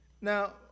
Now